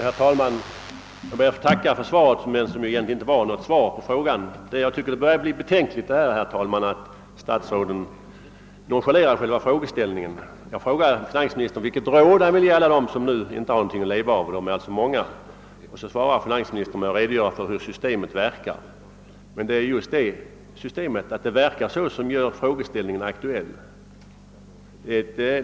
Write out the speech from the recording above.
Herr talman! Jag ber att få tacka för svaret, som egentligen inte var något svar på min fråga. Det börjar bli betänkligt att statsråden nonchalerar själva frågeställningen. Jag frågar finansministern vilket råd han vill ge alla dem som nu inte har någonting att leva av, och de är många, men finansministern svarar med att redogöra för hur systemet verkar. Det är ju just systemets verkningar som gör frågeställningen aktuell.